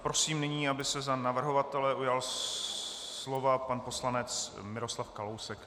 Prosím nyní, aby se za navrhovatele ujal slova pan poslanec Miroslav Kalousek.